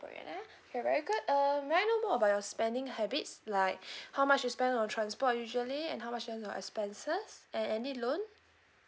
ah okay very good uh may I know more about your spending habits like how much you spend on transport usually and how much spend on expenses and any loan